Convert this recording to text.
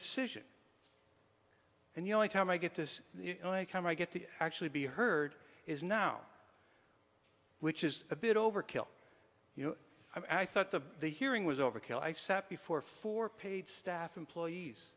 decision and the only time i get this i get to actually be heard is now which is a bit overkill you know i thought the the hearing was overkill i sat before four paid staff employees